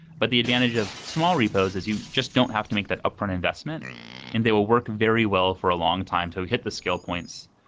but the advantage of small repos is you just don't have to make that upfront investment and they will work very well for a long time to hit the scale points,